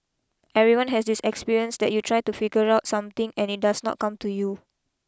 everyone has this experience that you try to figure out something and it does not come to you